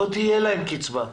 אלא לא תהיה להם קצבה.